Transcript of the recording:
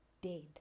dead